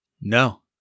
No